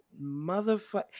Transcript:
motherfucker